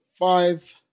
Five